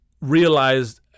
realized